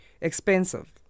expensive